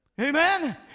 Amen